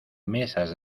mesas